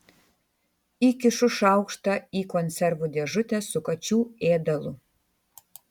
įkišu šaukštą į konservų dėžutę su kačių ėdalu